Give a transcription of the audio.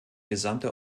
gesamte